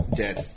dead